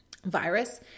virus